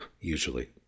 Usually